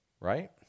right